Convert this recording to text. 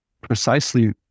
precisely